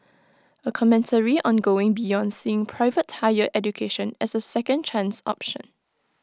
A commentary on going beyond seeing private higher education as A second chance option